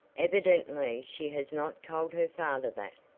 evidently she has not told her father that,